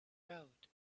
road